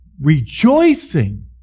rejoicing